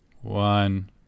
one